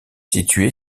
situé